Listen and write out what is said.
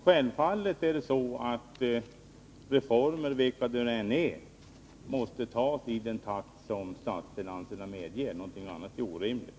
Herr talman! Självfallet måste reformer, vilka de nu än är, genomföras i den takt som statsfinanserna medger — något annat är orimligt.